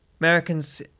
Americans